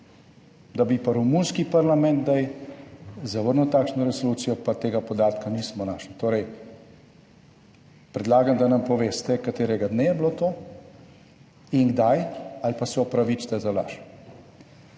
Da bi pa romunski parlament kdaj zavrnil takšno resolucijo, pa tega podatka nismo našli. Torej, predlagam, da nam poveste, katerega dne je bilo to in kdaj ali pa se opravičite za laž.